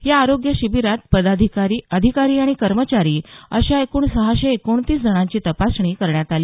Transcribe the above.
या आरोग्य् शिबिरात पदाधिकारी अधिकारी आणि कर्मचारी अशा एकूण सहाशे एकोणतीस जणांची तपासणी करण्यात आली